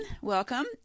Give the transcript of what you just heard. welcome